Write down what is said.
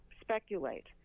speculate